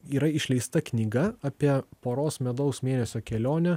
yra išleista knyga apie poros medaus mėnesio kelionę